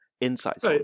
insights